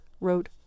wrote